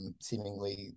seemingly